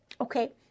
Okay